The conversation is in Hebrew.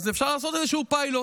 אפשר לעשות איזשהו פיילוט.